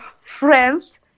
friends